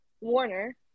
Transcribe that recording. Warner